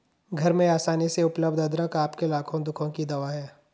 घर में आसानी से उपलब्ध अदरक आपके लाखों दुखों की दवा है